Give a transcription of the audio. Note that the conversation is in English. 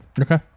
Okay